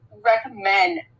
recommend